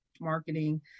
marketing